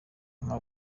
nka